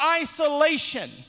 isolation